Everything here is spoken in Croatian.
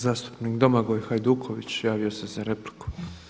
Zastupnik Domagoj Hajduković javio se za repliku.